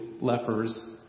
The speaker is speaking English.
lepers